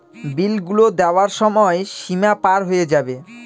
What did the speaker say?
বিল গুলো দেওয়ার সময় সীমা পার হয়ে যাবে